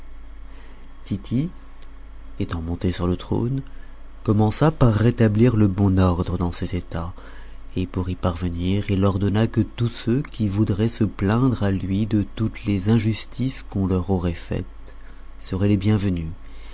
tity étant monté sur le trône commença par rétablir le bon ordre dans ses etats et pour y parvenir il ordonna que tous ceux qui voudraient se plaindre à lui de toutes les injustices qu'on leur aurait faites seraient les bienvenus